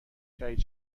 شهید